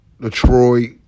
Detroit